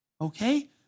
Okay